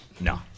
No